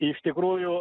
iš tikrųjų